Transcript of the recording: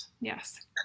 Yes